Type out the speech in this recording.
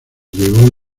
llegó